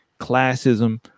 classism